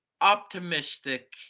optimistic